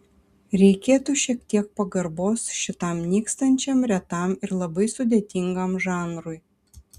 reikėtų šiek tiek pagarbos šitam nykstančiam retam ir labai sudėtingam žanrui